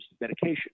medication